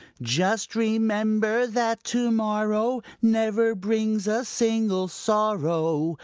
just remember that to-morrow never brings a single sorrow.